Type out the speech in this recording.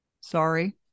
Sorry